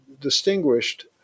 distinguished